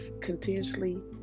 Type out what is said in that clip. continuously